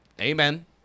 Amen